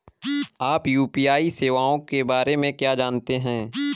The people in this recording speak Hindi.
आप यू.पी.आई सेवाओं के बारे में क्या जानते हैं?